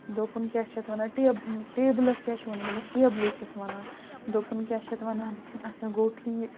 دوٚپُن کیٛاہ چھِ اَتھ وَنان ٹیب ٹیبلَس کیٛاہ چھُو وَنان دوٚپمَس ٹیبلٕے چھِس وَنان دوٚپُن کیٛاہ چھِ اَتھ وَنان اَچھا گوٚو ٹھیٖک